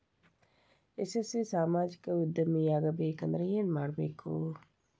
ಯಶಸ್ವಿ ಸಾಮಾಜಿಕ ಉದ್ಯಮಿಯಾಗಬೇಕಂದ್ರ ಏನ್ ಮಾಡ್ಬೇಕ